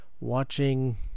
watching